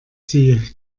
sie